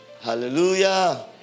Hallelujah